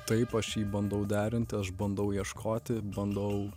taip aš jį bandau derinti aš bandau ieškoti bandau